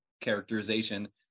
characterization